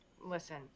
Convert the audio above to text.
Listen